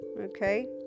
okay